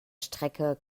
strecke